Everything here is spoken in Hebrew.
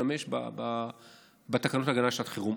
להשתמש בתקנות ההגנה לשעת חירום,